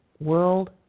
World